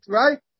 right